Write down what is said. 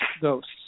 ghosts